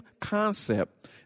concept